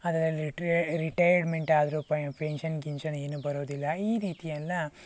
ಅದರಲ್ಲಿ ಟ್ರೆ ರಿಟೈರ್ಡ್ಮೆಂಟ್ ಆದರೂ ಪೆನ್ಶನ್ ಗಿನ್ಶನ್ ಏನು ಬರೋದಿಲ್ಲ ಈ ರೀತಿಯನ್ನು